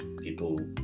people